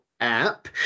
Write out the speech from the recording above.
App